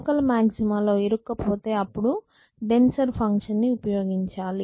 local maxima లో ఇరుక్కుపోతే అప్పుడు డెన్సర్ ఫంక్షన్ ని ఉపయోగించాలి